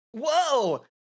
Whoa